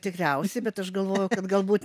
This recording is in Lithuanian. tikriausiai bet aš galvoju kad galbūt